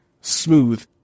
smooth